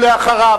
ואחריו,